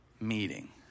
meeting